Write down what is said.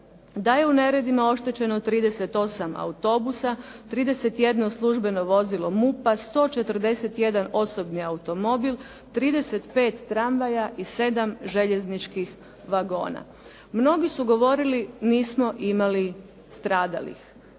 Da je u neredima oštećeno 38 osoba, 31 službeno vozilo MUP-a, 141 osobni automobil, 35 tramvaja i 7 željezničkih vagona. Mnogi su govorili nismo imali stradalih.